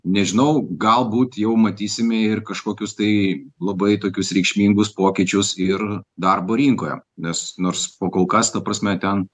nežinau galbūt jau matysime ir kažkokius tai labai tokius reikšmingus pokyčius ir darbo rinkoje nes nors pokolkas ta prasme ten